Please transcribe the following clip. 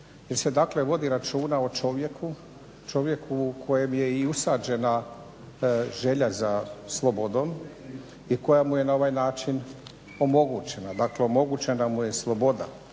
jer se dakle vodi računa o čovjeku kojem je i usađena želja za slobodom i koja mu je na ovaj način omogućena, dakle omogućena mu je sloboda,